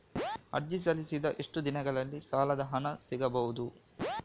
ಅರ್ಜಿ ಸಲ್ಲಿಸಿದ ಎಷ್ಟು ದಿನದಲ್ಲಿ ಸಾಲದ ಹಣ ಸಿಗಬಹುದು?